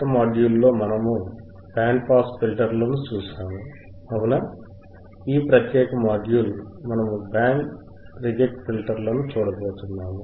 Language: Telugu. గత మాడ్యూల్ లో మనము బ్యాండ్ పాస్ ఫిల్టర్లను చూశాము అవునా ఈ ప్రత్యేక మాడ్యూల్ నందు మనము బ్యాండ్ బ్యాండ్ రిజెక్ట్ ఫిల్టర్లను చూడబోతున్నాము